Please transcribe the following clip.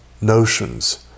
notions